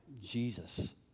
Jesus